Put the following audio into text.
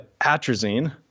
atrazine